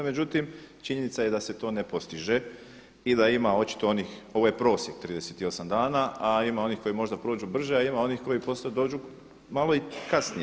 Međutim, činjenica je da se to ne postiže i da ima očito onih – ovo je prosjek 38 dana – a ima onih koji možda prođu brže, a ima onih koji poslije dođu malo i kasnije.